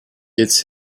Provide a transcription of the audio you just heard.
its